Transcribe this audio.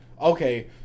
okay